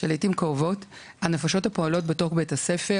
לעיתים קרובות הנפשות הפועלות בתוך בית הספר,